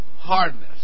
Hardness